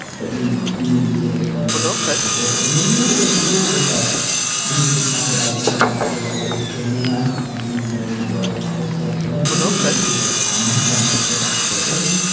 but you you need to be able to come up with collective rules. and maybe one of those rules is like we need to talk about whether or not gayle is joining us as another member of the household permanently, in which case, like, i might want to make different decisions.